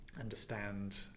understand